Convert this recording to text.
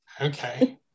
Okay